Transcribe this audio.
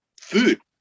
food